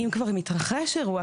אם כבר מתרחש אירוע,